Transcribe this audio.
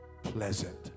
pleasant